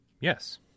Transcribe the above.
Yes